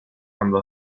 andò